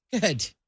Good